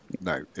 no